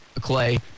Clay